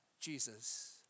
Jesus